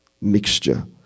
mixture